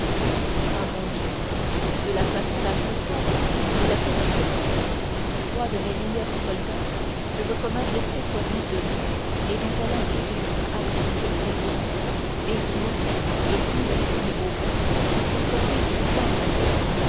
ah mon dieu de la façon la plus simple et la plus naturelle trois de mes meilleurs soldats que votre majesté connaît de nom et dont elle a plus d'une fois apprécié le dévouement et qui ont je puis l'affirmer au roi son service fort à coeur